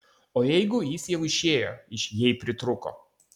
o jeigu jis jau išėjo iš jei pritrūko